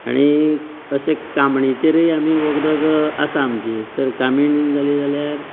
आनी अशें कामणिचेरय आमी वखदां आसात आमची तर कामीण जाली जाल्यार